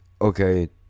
okay